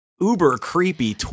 uber-creepy